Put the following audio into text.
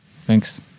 Thanks